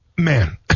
Man